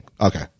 Okay